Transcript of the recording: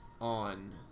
on